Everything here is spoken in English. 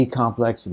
complex